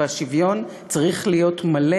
והשוויון צריך להיות מלא.